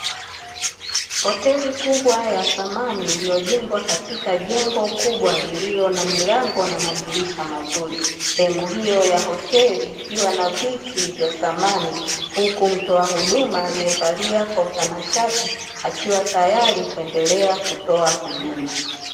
Hoteli kubwa ya thamani iliyojengwa katika jengo kubwa lililo na milango na madirisha mazuri, sehemu hiyo ya hoteli ikiwa na viti vya samani huku mtoa huduma aliyevalia kwa utanashati akiwa tayari kuendelea kutoa huduma.